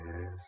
Yes